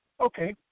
okay